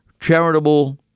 charitable